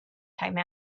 came